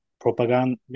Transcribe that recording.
propaganda